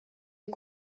est